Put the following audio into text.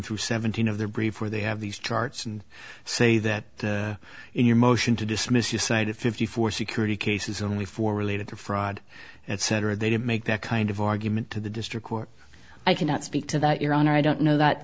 through seventeen of the brief where they have these charts and say that in your motion to dismiss you cited fifty four security cases only for related to fraud etc they did make that kind of argument to the district court i cannot speak to that your honor i don't know that